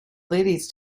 ladies